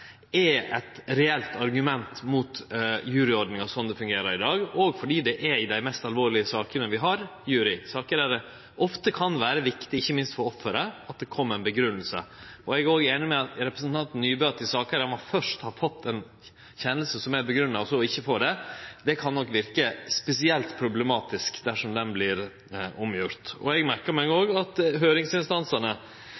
er eit reelt argument mot juryordninga slik ho fungerer i dag, òg fordi det er i dei mest alvorlege sakene vi har jury, saker der det ofte kan vere viktig, ikkje minst for offeret, at det kjem ei grunngjeving. Eg er òg einig med representanten Nybø i at i saker der ein først har fått ei rettsavgjerd som er grunngjeven, og så ikkje får det – det kan nok verke spesielt problematisk dersom ho vert omgjord, og eg merkar meg